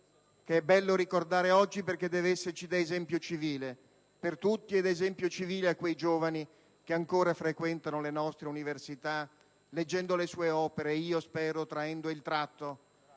che è bello ricordare oggi perché deve fungere da esempio civile per tutti e per quei giovani che ancora frequentano le nostre università e leggono le sue opere, spero traendo il tratto